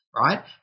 right